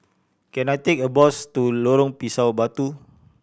can I take a bus to Lorong Pisang Batu